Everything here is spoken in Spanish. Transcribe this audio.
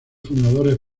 fundadores